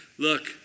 Look